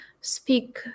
speak